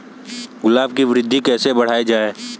गुलाब की वृद्धि कैसे बढ़ाई जाए?